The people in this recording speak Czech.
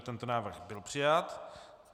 Tento návrh byl přijat.